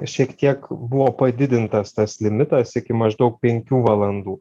šiek tiek buvo padidintas tas limitas iki maždaug penkių valandų